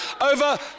over